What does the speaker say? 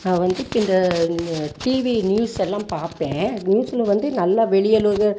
நான் வந்து இந்த இந்த டிவி நியூஸெல்லாம் பார்ப்பேன் நியூஸில் வந்து நல்ல வெளி உலகம்